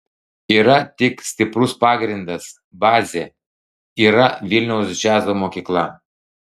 yra tik stiprus pagrindas bazė yra vilniaus džiazo mokykla